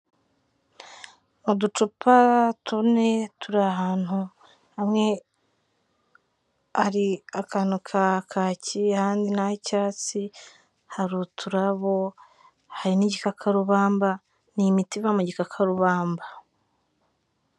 Uducupa tune turi ahantu hamwe, hari akantu ka kaki ahandi ni ah'icyatsi, hari uturabo hari n'igikakarubamba, ni imiti iva mu gikakarubamba.